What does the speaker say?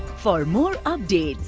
four more, and